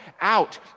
out